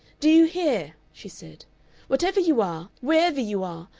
do you hear! she said whatever you are, wherever you are!